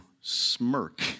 smirk